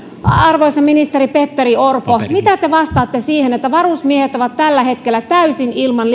arvoisa ministeri petteri orpo mitä te vastaatte siihen että varusmiehet ovat tällä hetkellä täysin ilman